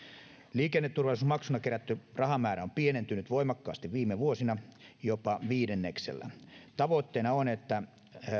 liikenneturvallisuusmaksuna kerätty rahamäärä on pienentynyt voimakkaasti viime vuosina jopa viidenneksellä tavoitteena on että